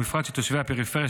בפרט של תושבי הפריפריה,